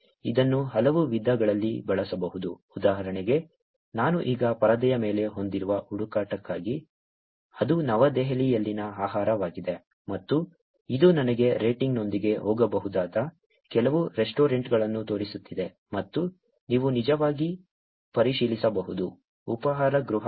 ಇದನ್ನು ಹಲವು ವಿಧಗಳಲ್ಲಿ ಬಳಸಬಹುದು ಉದಾಹರಣೆಗೆ ನಾನು ಈಗ ಪರದೆಯ ಮೇಲೆ ಹೊಂದಿರುವ ಹುಡುಕಾಟಕ್ಕಾಗಿ ಅದು ನವದೆಹಲಿಯಲ್ಲಿನ ಆಹಾರವಾಗಿದೆ ಮತ್ತು ಇದು ನನಗೆ ರೇಟಿಂಗ್ನೊಂದಿಗೆ ಹೋಗಬಹುದಾದ ಕೆಲವು ರೆಸ್ಟೋರೆಂಟ್ಗಳನ್ನು ತೋರಿಸುತ್ತಿದೆ ಮತ್ತು ನೀವು ನಿಜವಾಗಿ ಪರಿಶೀಲಿಸಬಹುದು ಉಪಹಾರ ಗೃಹ